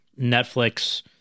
Netflix